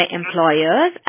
employers